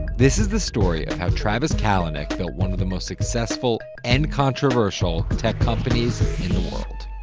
this is the story of how travis kalanick built one of the most successful and controversial tech companies in the world.